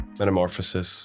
metamorphosis